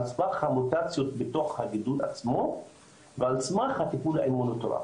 על סמך המוטציות בתוך הגידול עצמו ועל סמך הטיפול האימונותרפי,